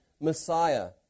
Messiah